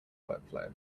workflow